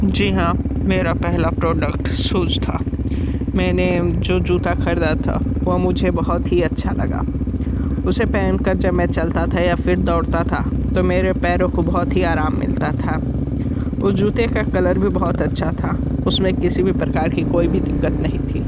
जी हाँ मेरा पहला प्रोडक्ट शूज़ था मैंने जो जूता ख़रीदा था वह मुझे बहुत ही अच्छा लगा उसे पहन कर जब मैं चलता था या फिर दौड़ता था तो मेरे पैरों को बहुत ही आराम मिलता था उस जूते का कलर भी बहुत अच्छा था उसमें किसी भी प्रकार की कोई भी दिक्कत नहीं थी